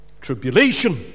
tribulation